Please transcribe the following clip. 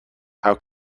how